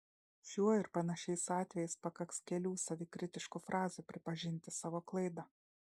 šiuo ir panašiais atvejais pakaks kelių savikritiškų frazių pripažinti savo klaidą